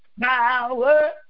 Power